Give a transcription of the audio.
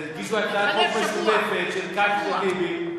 תגישו הצעת חוק משותפת של כץ וטיבי,